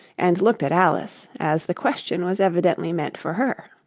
and looked at alice, as the question was evidently meant for her.